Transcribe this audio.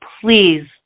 Please